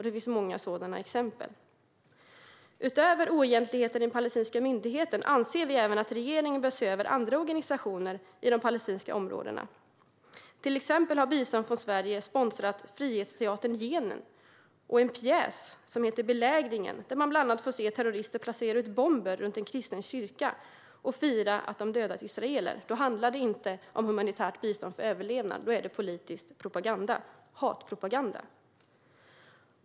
Det finns många sådana exempel. Utöver att agera mot oegentligheter i den palestinska myndigheten anser vi att regeringen bör se över biståndet till andra organisationer i de palestinska områdena. Till exempel har bistånd från Sverige sponsrat Frihetsteatern i Jenin och en pjäs som heter Belägringen , där man bland annat får se terrorister placera ut bomber runt en kristen kyrka och fira att de dödat israeler. Då handlar det inte om humanitärt bistånd för överlevnad; då är det politisk propaganda, hatpropaganda.